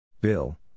Bill